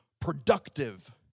productive